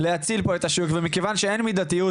להציל פה את השוק ומכיוון שאין מידתיות".